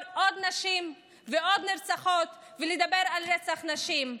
עוד נשים ועוד נרצחות ולדבר על רצח נשים.